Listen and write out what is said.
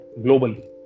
globally